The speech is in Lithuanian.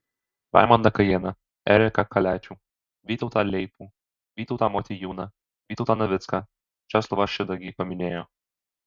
raimondą kajėną eriką kaliačių vytautą leipų vytautą motiejūną vytautą navicką česlovą šidagį paminėjo